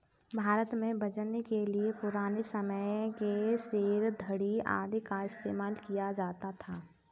भारत में वजन के लिए पुराने समय के सेर, धडी़ आदि का इस्तेमाल किया जाता था